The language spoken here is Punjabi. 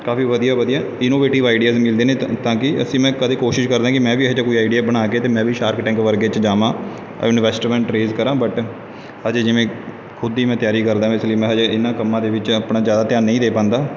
ਕਾਫ਼ੀ ਵਧੀਆ ਵਧੀਆ ਇਨੋਵੇਟਿਵ ਆਈਡੀਆਜ਼ ਮਿਲਦੇ ਨੇ ਤਾਂ ਤਾਂ ਕਿ ਅਸੀਂ ਮੈਂ ਕਦੇ ਕੋਸ਼ਿਸ਼ ਕਰਦਾ ਕੇ ਮੈਂ ਵੀ ਕੋਈ ਇਹੋ ਜਿਹਾ ਆਈਡੀਆ ਬਣਾ ਕੇ ਅਤੇ ਮੈਂ ਵੀ ਸ਼ਾਰਕ ਟੈਂਕ ਵਰਗੇ 'ਚ ਜਾਵਾਂ ਇਨਵੇਸਟਮੇਂਟ ਰੇਜ ਕਰਾਂ ਬਟ ਹਜੇ ਜਿਵੇਂ ਖੁਦ ਹੀ ਮੈਂ ਤਿਆਰੀ ਕਰਦਾ ਇਸ ਲਈ ਮੈਂ ਹਜੇ ਇਹਨਾਂ ਕੰਮਾਂ ਦੇ ਵਿੱਚ ਆਪਣਾ ਜ਼ਿਆਦਾ ਧਿਆਨ ਨਹੀਂ ਦੇ ਪਾਉਂਦਾ